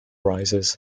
rises